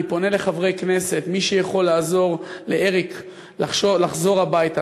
אני פונה לחברי כנסת: מי שיכול לעזור לאריק לחזור הביתה,